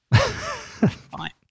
Fine